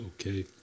okay